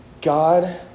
God